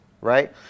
right